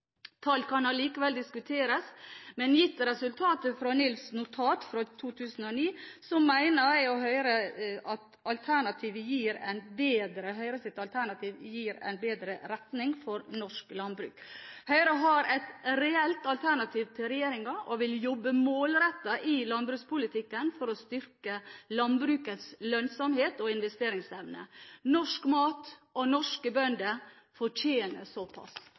Tall kan allikevel diskuteres, men gitt resultatet fra NILFs notat fra 2009, mener jeg og Høyre at vårt alternativ gir en bedre retning for norsk landbruk. Høyre har et reelt alternativ til regjeringens, og vil jobbe målrettet i landbrukspolitikken for å styrke landbrukets lønnsomhet og investeringsevne. Norsk mat og norske bønder fortjener såpass.